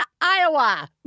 Iowa